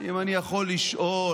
אם אני יכול לשאול